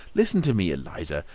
listen to me, eliza.